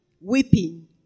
Weeping